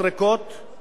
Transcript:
מה שנקרא: